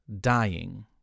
dying